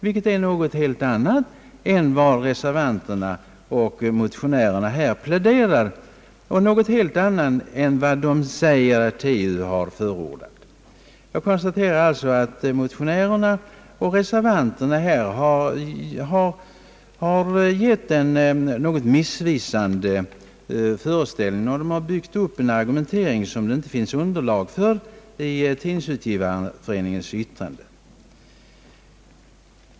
Detta är något helt annat än vad motionärerna och reservanterna nu pläderar för och något helt annat än vad de gör gällande att TU har förordat. Jag konstaterar alltså att motionärerna och reservanterna gett en missvisande föreställning när de byggt upp en argumentering som det inte finns underlag för i Tidningsutgivareföreningens yttrande.